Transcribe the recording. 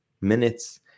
minutes